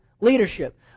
leadership